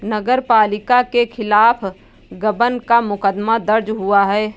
नगर पालिका के खिलाफ गबन का मुकदमा दर्ज हुआ है